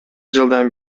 жылдан